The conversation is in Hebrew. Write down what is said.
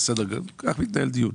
כך מתנהל דיון.